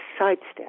sidestep